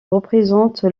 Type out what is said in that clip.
représente